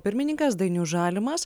pirmininkas dainius žalimas